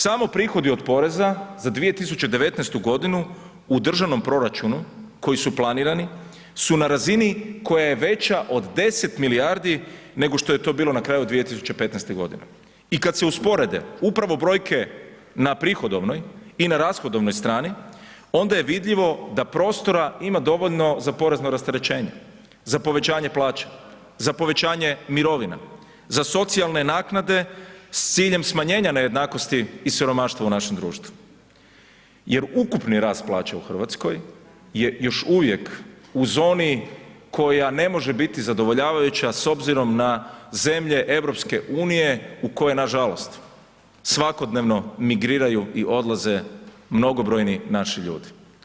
Samo prihodi od poreza za 2019.g. u državnom proračunu koji su planirani, su na razini koja je veća od 10 milijardi nego što je to bilo na kraju 2015.g. i kad se usporede upravo brojke na prihodovnoj i na rashodovnoj strani, onda je vidljivo da prostora ima dovoljno za porezno rasterećenje, za povećanje plaća, za povećanje mirovina, za socijalne naknade s ciljem smanjenja nejednakosti i siromaštva u našem društvu jer ukupni rast plaća u RH je još uvijek u zoni koja ne može biti zadovoljavajuća s obzirom na zemlje EU u koje nažalost, svakodnevno migriraju i odlaze mnogobrojni naši ljudi.